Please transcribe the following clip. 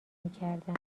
میکردم